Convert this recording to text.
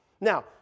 Now